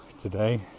today